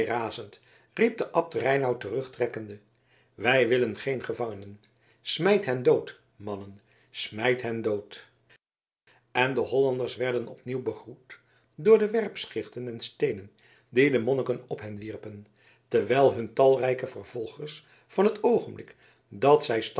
riep de abt reinout terugtrekkende wij willen geen gevangenen smijt hen dood mannen smijt hen dood en de hollanders werden opnieuw begroet door de werpschichten en steenen die de monniken op hen wierpen terwijl hun talrijke vervolgers van het oogenblik dat zij